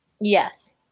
Yes